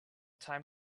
time